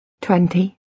Twenty